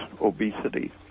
obesity